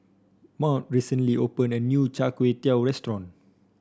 Maude recently opened a new Char Kway Teow restaurant